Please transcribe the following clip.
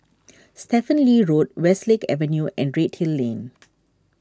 Stephen Lee Road Westlake Avenue and Redhill Lane